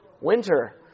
winter